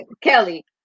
kelly